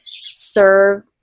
serve